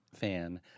fan